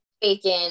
bacon